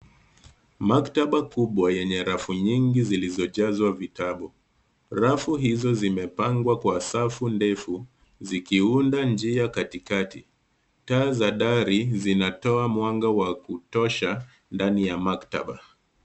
Maktaba kubwa yenye rafu nyingi zilizojazwa vitabu. Rafu hizo zimepangwa kwa safu ndefu, zikiunda njia katikati. Taa za dari, zinatoa mwanga wa kutosha, ndani ya maktaba.